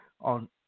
on